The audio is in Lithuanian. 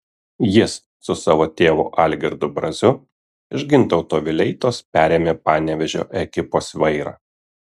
jis su savo tėvu algirdu braziu iš gintauto vileitos perėmė panevėžio ekipos vairą